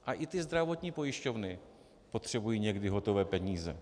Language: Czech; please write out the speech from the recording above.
A i ty zdravotní pojišťovny potřebují někdy hotové peníze.